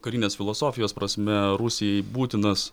karinės filosofijos prasme rusijai būtinas